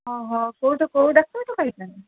କେଉଁଠୁ କେଉଁ ଡାକ୍ଟରଠୁ ଖାଇଛନ୍ତି